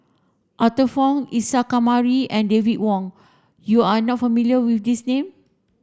Arthur Fong Isa Kamari and David Wong you are not familiar with these name